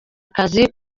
akazi